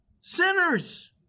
Sinners